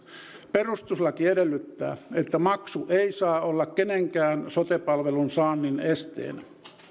perustuslaki edellyttää että maksu ei saa olla kenenkään sote palvelun saannin esteenä